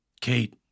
Kate